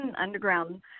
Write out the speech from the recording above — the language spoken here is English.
underground